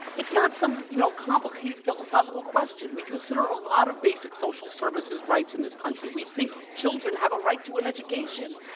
it's not some, you know, complicated philosophical question. we consider a lot of basic social services rights in this country. we think children have a right to an education.